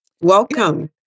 welcome